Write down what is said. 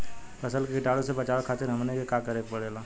फसल के कीटाणु से बचावे खातिर हमनी के का करे के पड़ेला?